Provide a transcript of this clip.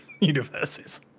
universes